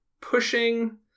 pushing